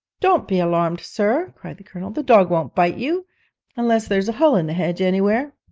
don't be alarmed, sir cried the colonel, the dog won't bite you unless there's a hole in the hedge anywhere